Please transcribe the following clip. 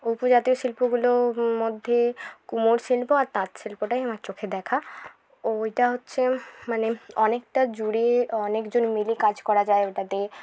উপজাতীয় শিল্পগুলো মধ্যে কুমোর শিল্প আর তাঁত শিল্পটাই আমার চোখে দেখা ও ওইটা হচ্ছে মানে অনেকটা জুড়ে অনেক জন মিলে কাজ করা যায় ওইটাতে